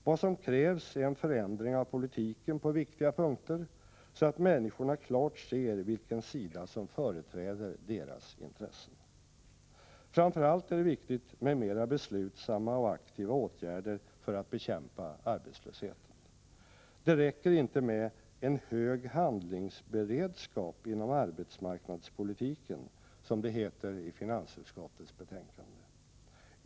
Vad som krävs är en förändring av politiken på viktiga punkter, så att människorna klart ser vilken sida som företräder deras intressen. Framför allt är det viktigt med mera beslutsamma och aktiva åtgärder för att bekämpa arbetslösheten. Det räcker inte med ”en hög handlingsberedskap inom arbetsmarknadspolitiken”, som det heter i finansutskottets betänkande.